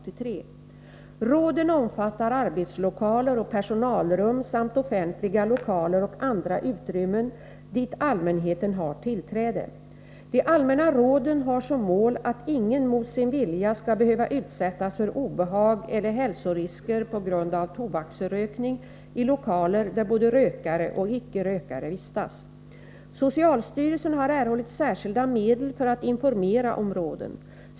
Råden omfattar arbetslokaler och personalrum samt offentliga lokaler och andra utrymmen dit allmänheten har tillträde. De allmänna råden har som mål att ingen mot sin vilja skall behöva utsättas för obehag eller hälsorisker på grund av tobaksrökning i lokaler, där både rökare och icke rökare vistas. Socialstyrelsen har erhållit särskilda medel för att informera om råden.